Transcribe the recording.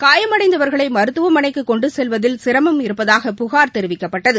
காயமடைந்தவா்களை மருத்துவமனைக்கு கொண்டு செல்வதில் சிரமம் இருப்பதாக புகார் தெரிவிக்கப்பட்டது